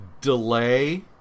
delay